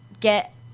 get